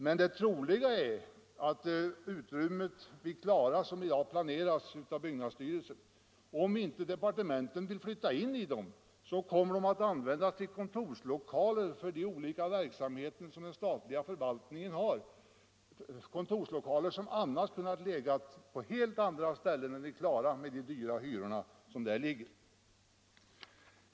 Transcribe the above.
Men det troliga är att de utrymmen i Klara som i dag planeras av byggnadsstyrelsen, om inte departementen vill flytta in i dem, kommer att användas för kontorslokaler åt olika verksamheter inom den statliga förvaltningen — lokaler som annars kunde ha legat på helt andra ställen än i Klara med de höga hyror som där gäller.